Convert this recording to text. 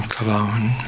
Cologne